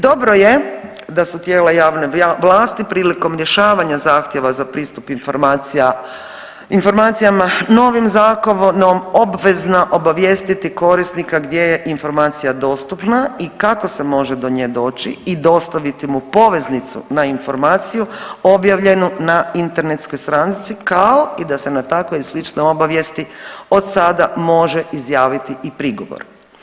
Dobro je da su tijela javne vlasti prilikom rješavanja zahtjeva za pristup informacija, informacijama novim zakonom obvezna obavijestiti korisnika gdje je informacija dostupna i kako se može do nje doći i dostaviti mu poveznicu na informaciju objavljenu na internetskoj stranici kao i da se na takve i slične obavijesti od sada može izjaviti i prigovor.